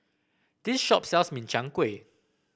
this shop sells Min Chiang Kueh